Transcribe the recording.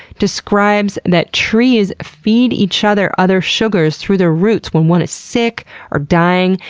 describes that trees feed each other other sugars through their roots when one is sick or dying,